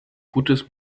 gutes